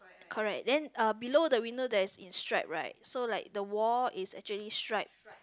correct then uh below the window that is in stripes right so like the wall is actually stripe